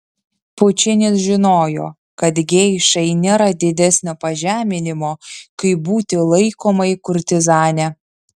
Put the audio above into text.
pučinis žinojo kad geišai nėra didesnio pažeminimo kaip būti laikomai kurtizane